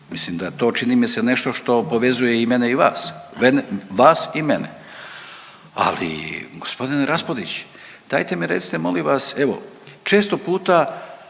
Mislim da je to čini mi se nešto što povezuje i mene i vas, vas i mene, ali gospodine Raspudić dajte mi recite molim vas evo često puta